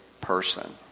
person